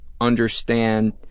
understand